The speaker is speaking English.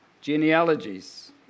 genealogies